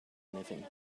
anything